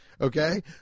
okay